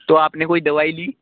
तो आपने कोई दवाई ली